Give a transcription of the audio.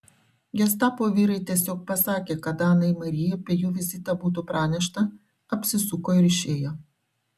gestapo vyrai tiesiog pasakė kad anai mari apie jų vizitą būtų pranešta apsisuko ir išėjo